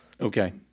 Okay